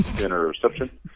Interception